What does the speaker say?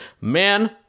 Man